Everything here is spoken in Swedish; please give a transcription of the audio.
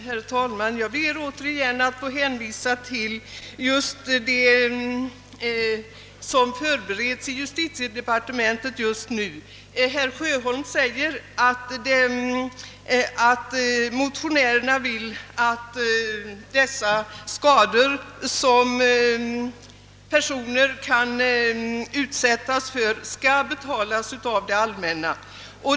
Herr talman! Jag ber att återigen få hänvisa till vad som förbereds i justitiedepartementet just nu. Herr Sjöholm säger att motionärerna önskar att de skador man kan utsättas för skall betalas av det allmänna.